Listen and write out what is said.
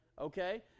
Okay